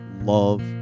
love